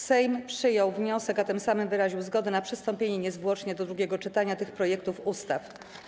Sejm przyjął wniosek, a tym samym wyraził zgodę na przystąpienie niezwłocznie do drugiego czytania tych projektów ustaw.